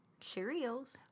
Cheerios